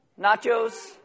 nachos